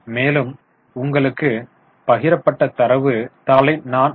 மேலும் உங்களுக்கு பகிரப்பட்ட தரவு தாளை நான் உங்கள்